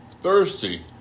thirsty